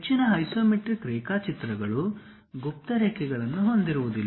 ಹೆಚ್ಚಿನ ಐಸೊಮೆಟ್ರಿಕ್ ರೇಖಾಚಿತ್ರಗಳು ಗುಪ್ತ ರೇಖೆಗಳನ್ನು ಹೊಂದಿರುವುದಿಲ್ಲ